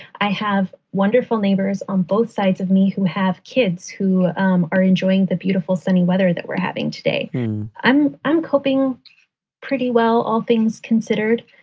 i have wonderful neighbors on both sides of me who have kids who um are enjoying the beautiful sunny weather that we're having today. and i'm i'm coping pretty well, all things considered.